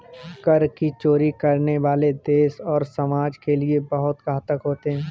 कर की चोरी करने वाले देश और समाज के लिए बहुत घातक होते हैं